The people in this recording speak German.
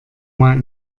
mal